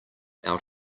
out